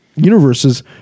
universes